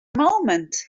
moment